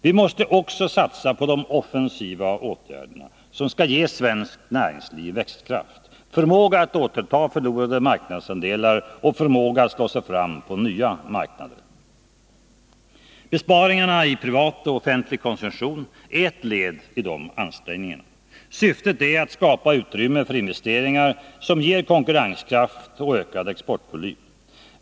Vi måste också satsa på offensiva åtgärder som skall ge svenskt näringsliv växtkraft och förmåga att återta förlorade marknadsandelar och att slå sig fram på nya marknader. Besparingarna i privat och offentlig konsumtion är ett led i dessa ansträngningar. Syftet är att skapa utrymme för investeringar som ger konkurrenskraft och ökad exportvolym.